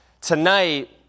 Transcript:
Tonight